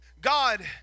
God